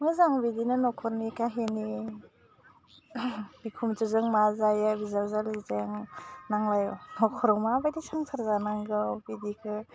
मोजां बिदिनो नखरनि खाहिनि बेखौ मोनसे जों मा जायो बिजावजालिजों नांलाय नखराव माबायदि संसार जानांगौ बिदिखो